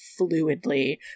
fluidly